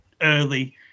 early